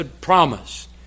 promise